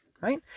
right